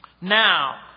Now